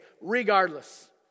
regardless